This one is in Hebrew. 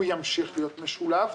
הוא ימשיך להיות משולב.